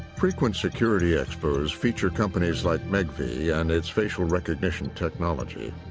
frequent security expos feature companies like megvii and its facial recognition technology.